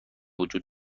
وجود